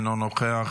אינו נוכח,